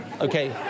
Okay